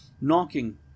knocking